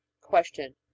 question